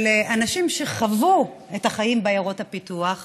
של אנשים שחוו את החיים בעיירות הפיתוח,